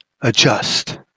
adjust